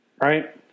Right